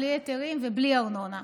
בלי היתרים ובלי ארנונה.